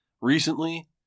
recently